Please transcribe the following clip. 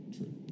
true